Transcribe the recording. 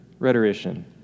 rhetorician